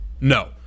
No